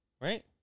Right